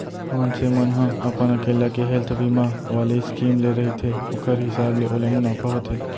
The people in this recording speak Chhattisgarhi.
मनसे मन ह अपन अकेल्ला के हेल्थ बीमा वाले स्कीम ले रहिथे ओखर हिसाब ले ओला मुनाफा होथे